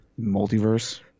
multiverse